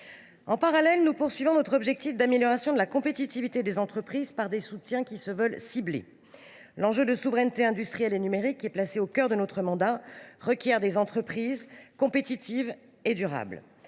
En parallèle, nous poursuivons notre objectif d’amélioration de la compétitivité des entreprises par des soutiens qui se veulent ciblés. L’enjeu de souveraineté industrielle et numérique qui est placé au cœur de notre mandat requiert des entreprises compétitives et durables.